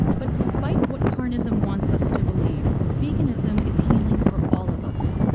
but despite what carnism wants us to believe, veganism is healing for all of us.